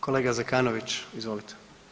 Kolega Zekanović, izvolite.